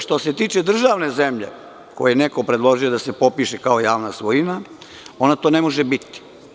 Što se tiče državne zemlje, koje je neko predložio da se popiše kao javna svojina, ona to ne može biti.